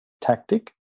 tactic